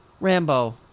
Rambo